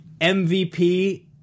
MVP